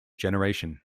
generation